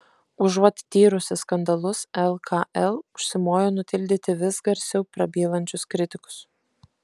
užuot tyrusi skandalus lkl užsimojo nutildyti vis garsiau prabylančius kritikus